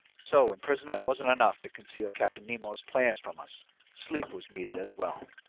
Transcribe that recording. so imprisonment wasn't enough to conceal captain nemo's plans from us sleep was needed as well!